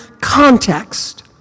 context